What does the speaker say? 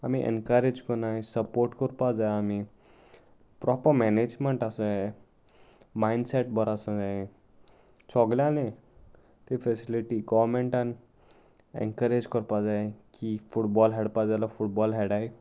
आमी एनकरेज करनाय सपोर्ट करपा जाय आमी प्रोपर मॅनेजमेंट आसूंक जाय मायडसेट बरो आसो जाय सगल्यांनी ती फेसिलिटी गोवमेंटान एनकरेज करपा जाय की फुटबॉल खेळपा जाय जल्यार फुटबॉल खेळाय